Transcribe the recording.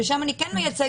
שם אני כן מייצגת,